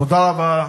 תודה רבה,